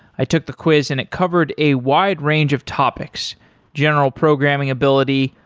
i took the quiz and it covered a wide range of topics general programming ability,